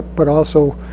but also